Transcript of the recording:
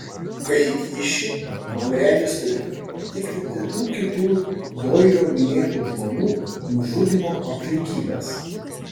kai grįši man regis turėtumei patikrinti tų kitų doilio minėtų žmonių nužudymo aplinkybes